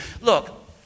Look